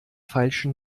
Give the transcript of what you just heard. feilschen